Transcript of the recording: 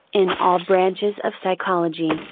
in all branches of psychology,